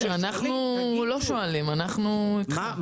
אנחנו לא שואלים, אנחנו איתך.